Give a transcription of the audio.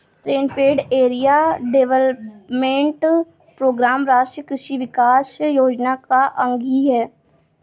rainfed area development programme राष्ट्रीय कृषि विकास योजना का अंग ही है